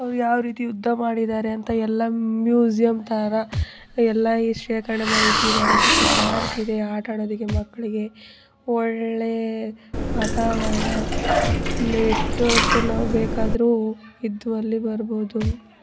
ಅವ್ರು ಯಾವ ರೀತಿ ಯುದ್ಧ ಮಾಡಿದ್ದಾರೆ ಅಂತ ಎಲ್ಲ ಮ್ಯೂಸಿಯಂ ಥರ ಎಲ್ಲ ಇಲ್ಲಿ ಶೇಖರಣೆ ಮಾಡಿಟ್ಟಿದ್ದಾರೆ ಮತ್ತು ಪಾರ್ಕ್ ಇದೆ ಆಟಾಡೋದಕ್ಕೆ ಮಕ್ಕಳಿಗೆ ಒಳ್ಳೆಯ ವಾತಾವರಣ ಎಷ್ಟೊತ್ತು ನಾವು ಬೇಕಾದ್ರೂ ಇದ್ದು ಅಲ್ಲಿ ಬರ್ಬೋದು